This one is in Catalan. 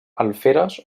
alferes